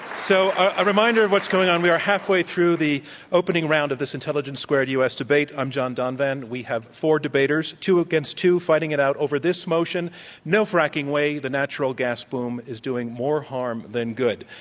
so, a reminder of what's going on. we are halfway through the opening round of this intelligence squared u. s. debate. i am john donvan. we have four debaters two against two fighting it out against this motion no fracking way the natural gas movement but um is doing more harm than good.